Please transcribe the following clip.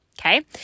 Okay